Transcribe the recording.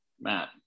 Matt